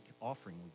offering